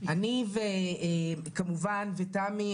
אני ותמי,